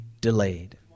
delayed